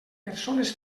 persones